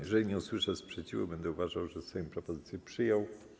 Jeżeli nie usłyszę sprzeciwu, będę uważał, że Sejm propozycję przyjął.